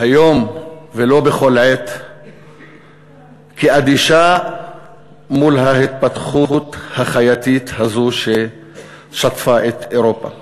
היום ולא בכל עת כאדישה מול ההתפתחות החייתית הזאת ששטפה את אירופה.